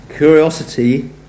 Curiosity